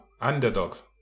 underdogs